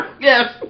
Yes